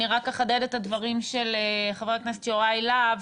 אני רק אחדד את הדברים של חבר הכנסת יוראי להב,